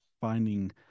finding